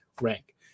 rank